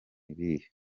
ibihe